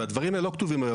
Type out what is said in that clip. והדברים האלה לא כתובים היום.